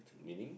meaning